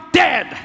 dead